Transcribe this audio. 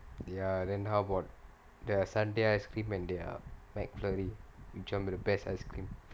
ya then how about their Sundae ice cream and their McFlurry which [one] is the best ice cream